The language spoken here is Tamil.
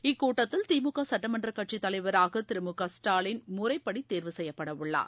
இக்கூட்டத்தில் திமுக சுட்டமன்ற கட்சித் தலைவராக திரு மு க ஸ்டாலின் முறைப்படி தேர்வு செய்யப்பட உள்ளார்